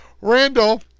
Randall